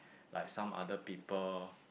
like some other people